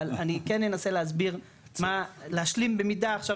אבל אני כן אנסה להסביר להשלים במידה עכשיו